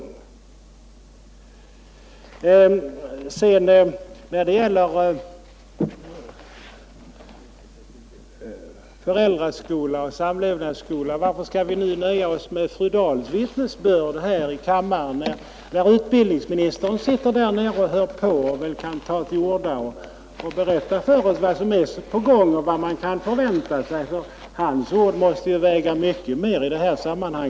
Varför skall vi sedan, när det gäller föräldraskola och samlevnadsskola, nöja oss med fru Dahls vittnesbörd här i kammaren? Utbildningsministern sitter ju här och hör på; han kan väl ta till orda och berätta för oss vad som är på gång och vad man kan vänta sig. Hans ord måste ju väga tyngre än fru Dahls i detta sammanhang.